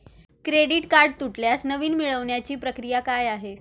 Credit card तुटल्यास नवीन मिळवण्याची प्रक्रिया काय आहे?